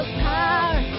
power